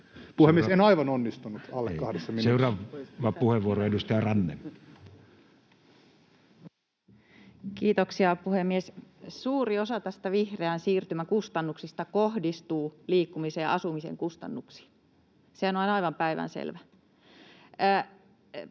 Puhemies! En aivan onnistunut alle kahdessa minuutissa. Seuraava puheenvuoro, edustaja Ranne. Kiitoksia, puhemies! Suuri osa vihreän siirtymän kustannuksista kohdistuu liikkumisen ja asumisen kustannuksiin. Sehän on aivan päivänselvää.